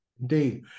indeed